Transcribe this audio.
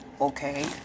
okay